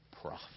prophet